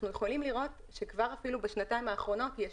אנחנו יכולים לראות שכבר בשנתיים האחרונות יש